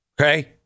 Okay